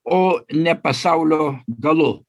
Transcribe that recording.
o ne pasaulio galu